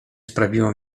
sprawiło